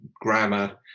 grammar